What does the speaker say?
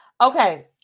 okay